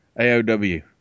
AOW